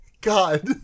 god